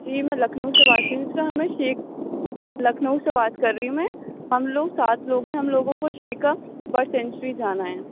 جی میں لکھنؤ سے بات کر رہی ہوں یسرا ہمیں شیخ لکھنؤ سے بات کر رہی ہوں میں ہم لوگ سات لوگ ہیں ہم لوگوں کو شیکا برڈ سینچری جانا ہے